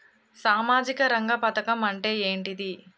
సామాజిక రంగ పథకం అంటే ఏంటిది?